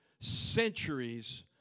centuries